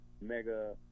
Mega